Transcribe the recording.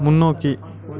முன்னோக்கி